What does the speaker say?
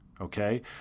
Okay